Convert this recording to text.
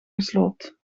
gesloopt